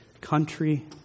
country